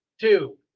two